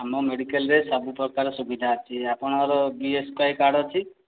ଆମ ମେଡ଼ିକାଲ୍ରେ ସବୁ ପ୍ରକାର ସୁବିଧା ଅଛି ଆପଣଙ୍କର B S K Y card ଅଛି